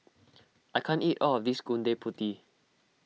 I can't eat all of this Gudeg Putih